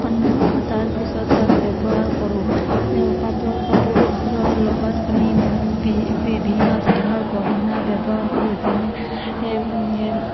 আনোঁ তাৰপিছত তাত ব্যৱহাৰ কৰোঁ পাটৰ কাপোৰৰ লগত আমি বিভিন্ন ধৰণৰ গহনা ব্যৱহাৰ কৰোঁ যেনে